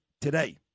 today